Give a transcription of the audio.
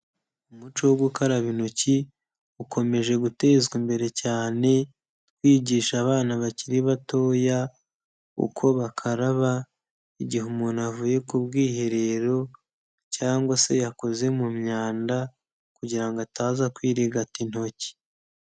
Umuco wo gukaraba intoki ukomeje gutezwa imbere cyane, kwigisha abana bakiri batoya uko bakaraba igihe umuntu avuye ku bwiherero cyangwa se yakoze mu myanda kugira ngo ataza kwirigata intoki.